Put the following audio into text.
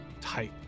type